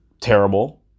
terrible